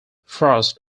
frost